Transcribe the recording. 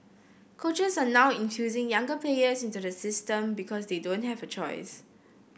coaches are now infusing younger players into the system because they don't have a choice